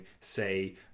say